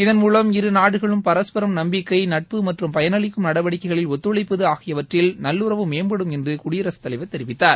இதன் மூலம் இரு நாடுகளும் பரஸ்பரம் நம்பிக்கை நட்பு மற்றும் பயனளிக்கும் நடவடிக்கைகளில் ஒத்துழைப்பது ஆகியவற்றில் நல்லுறவு மேம்படும் என்று தெரிவித்தார்